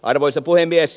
arvoisa puhemies